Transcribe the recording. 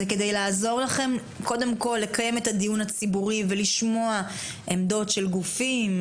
זה כדי לעזור לכן קודם כל לקיים את הדיון הציבור ולשמוע עמדות של גופים,